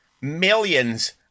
millions